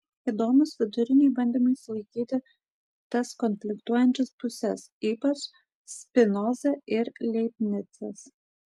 įdomūs viduriniai bandymai sutaikyti tas konfliktuojančias puses ypač spinoza ir leibnicas